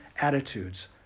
attitudes